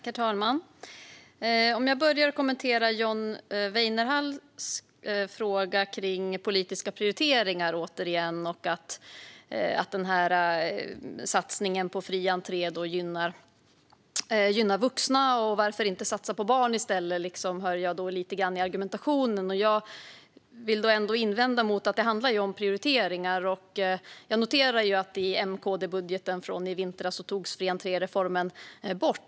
Herr talman! Jag börjar med att kommentera John Weinerhalls fråga om politiska prioriteringar. Satsningen på fri entré gynnar vuxna - varför inte satsa på barn i stället? Det är den synpunkt jag hör lite grann i argumentationen. Jag vill invända mot detta. Det handlar om prioriteringar. Fri-entré-reformen togs bort i M-KD-budgeten från i vintras.